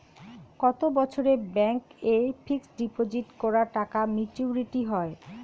কত বছরে ব্যাংক এ ফিক্সড ডিপোজিট করা টাকা মেচুউরিটি হয়?